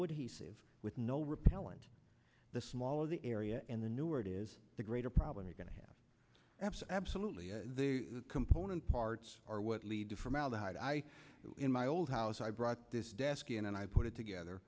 adhesive with no repellent the smaller the area and the newer it is the greater problem you're going to have abs absolutely the component parts are what lead to formaldehyde i in my old house i brought this desk in and i put it together